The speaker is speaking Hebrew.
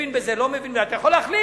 כן מבין בזה, לא מבין בזה, אתה יכול להחליט.